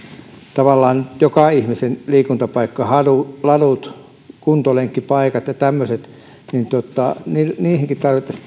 tavallaan näitä jokaihmisen liikuntapaikkoja ladut ladut kuntolenkkipaikat ja tämmöiset niin niihinkin tarvittaisiin